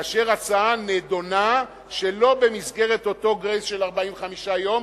כאשר הצעה נדונה שלא במסגרת אותו "גרייס" של 45 יום.